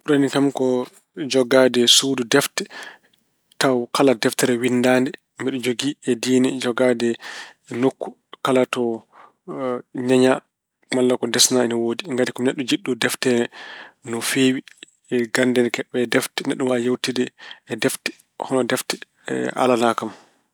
Ɓurani kam ko jogaade suudu defte tawa kala deftere winndaade mbeɗa jogii e diine jogaade nokku kala ko ñeña walla ko desna ina woodi. Ngati ko mi neɗɗo jiɗɗo defte no feewi. Gannde ina keɓoo e defte. Neɗɗo ina waawi yeewtude e defte. Hono defte alanaa kam.